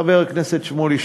חבר הכנסת שמולי,